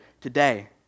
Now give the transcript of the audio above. today